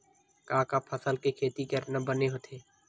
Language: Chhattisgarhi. का का फसल के खेती करना बने होथे?